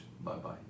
Bye-bye